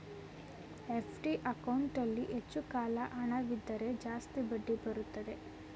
FD ಅಕೌಂಟಲ್ಲಿ ಹೆಚ್ಚು ಕಾಲ ಹಣವಿದ್ದರೆ ಜಾಸ್ತಿ ಬಡ್ಡಿ ಬರುತ್ತೆ